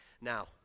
Now